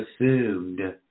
assumed